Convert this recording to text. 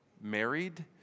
married